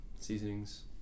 seasonings